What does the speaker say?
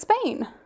Spain